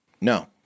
No